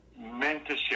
mentorship